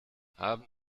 haben